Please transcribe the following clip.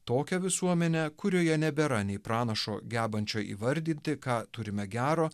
tokią visuomenę kurioje nebėra nei pranašo gebančio įvardinti ką turime gero